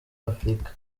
afurika